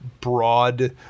broad